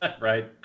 Right